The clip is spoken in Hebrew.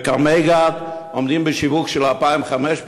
בכרמי-גת עומדים לשווק 2,500,